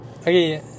Okay